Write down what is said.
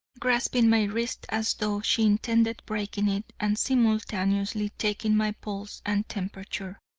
grasping my wrist as though she intended breaking it and simultaneously taking my pulse and temperature.